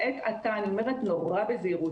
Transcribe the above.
לעת עתה, אני אומרת נורא בזהירות.